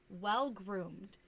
well-groomed